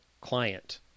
client